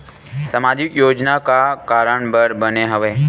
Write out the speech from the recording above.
सामाजिक योजना का कारण बर बने हवे?